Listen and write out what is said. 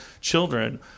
children